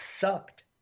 sucked